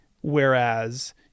Whereas